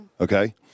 Okay